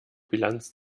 bilanz